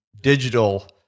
digital